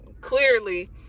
clearly